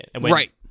Right